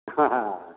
ହାଁ ହାଁ